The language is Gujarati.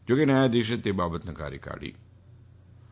જાકે ન્યાયાધીશે તે બાબત નકારી કાઢી ફતી